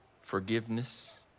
forgiveness